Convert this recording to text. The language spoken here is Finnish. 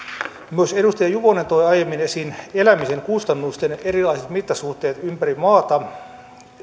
myös edustaja juvonen toi aiemmin esiin elämisen kustannusten erilaiset mittasuhteet ympäri maata